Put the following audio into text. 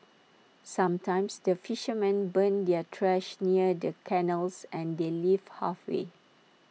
sometimes the fishermen burn their trash near the canals and they leave halfway